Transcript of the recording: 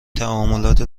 تعاملات